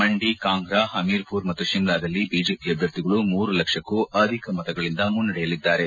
ಮಂಡಿ ಕಾಂಗ್ರಾ ಹಮೀರ್ಪುರ್ ಮತ್ತು ಶಿಮ್ಲಾದಲ್ಲಿ ಬಿಜೆಪಿ ಅಭ್ಯರ್ಥಿಗಳು ಮೂರು ಲಕ್ಷಕ್ಕೂ ಅಧಿಕ ಮತಗಳಂದ ಮುನ್ನಡೆಯಲ್ಲಿದ್ದಾರೆ